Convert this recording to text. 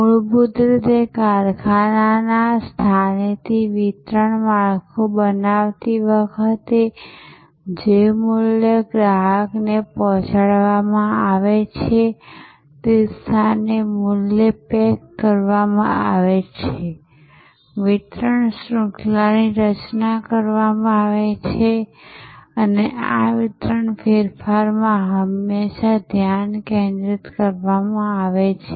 મૂળભૂત રીતે કારખાનાના સ્થાનેથી વિતરણ માળખું બનાવતી વખતે જે મૂલ્ય ગ્રાહકને પહોંચાડવામાં આવે છે તે સ્થાને મૂલ્ય પેક કરવામાં આવે છે વિતરણ શૃંખલાની રચના કરવામાં આવે છે અને આ વિતરણ ફેરફારમાં હંમેશા ધ્યાન કેન્દ્રિત કરવામાં આવે છે